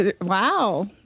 Wow